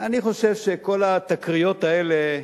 אני חושב שכל התקריות האלה,